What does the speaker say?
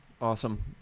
Awesome